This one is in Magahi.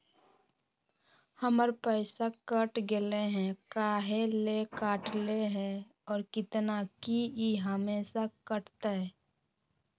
हमर पैसा कट गेलै हैं, काहे ले काटले है और कितना, की ई हमेसा कटतय?